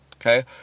Okay